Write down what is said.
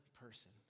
person